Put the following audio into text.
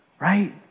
right